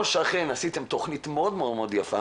או שאכן עשיתם תכנית מאוד יפה